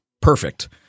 Perfect